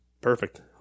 Perfect